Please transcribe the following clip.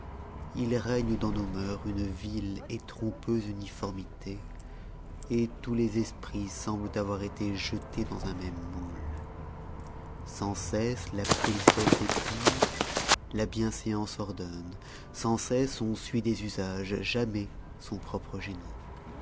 il règne dans nos mœurs une vile trompeuse uniformité tous les esprits semblent avoir été jettés dans un même moule sans cesse la politesse exige la bienséance ordonne sans cesse on suit des usages jamais son propre génie